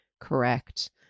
correct